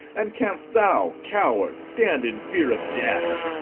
and canst thou, coward, stand in fear of death?